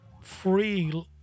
free